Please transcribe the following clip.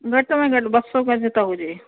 घटि में घटि ॿ सौ गज़ त हुजे